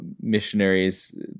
missionaries